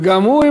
וגם הוא,